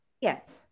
yes